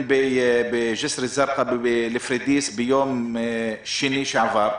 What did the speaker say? בג'סר א-זרקא ובפורדיס ביום שני שעבר.